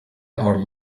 are